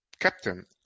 Captain